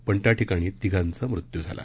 पण त्या ठिकाणी तिघांचा मृत्यू झाला